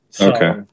Okay